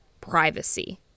privacy